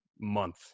month